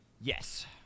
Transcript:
Yes